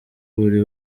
buri